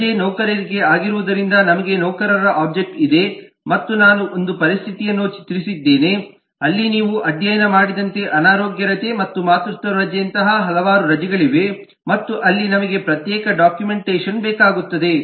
ರಜೆ ನೌಕರರಿಗೆ ಆಗಿರುವುದರಿಂದ ನಮಗೆ ನೌಕರರ ಒಬ್ಜೆಕ್ಟ್ ಇದೆ ಮತ್ತು ನಾನು ಒಂದು ಪರಿಸ್ಥಿತಿಯನ್ನು ಚಿತ್ರಿಸುತ್ತಿದ್ದೇನೆ ಅಲ್ಲಿ ನೀವು ಅಧ್ಯಯನ ಮಾಡಿದಂತೆ ಅನಾರೋಗ್ಯ ರಜೆ ಮತ್ತು ಮಾತೃತ್ವ ರಜೆಯಂತಹ ಹಲವಾರು ರಜೆಗಳಿವೆ ಮತ್ತು ಅಲ್ಲಿ ನಮಗೆ ಪ್ರತ್ಯೇಕ ಡಾಕ್ಯುಮೆಂಟೇಶನ್ ಬೇಕಾಗುತ್ತದೆ